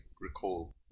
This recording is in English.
recall